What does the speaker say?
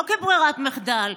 לא כברירת מחדל.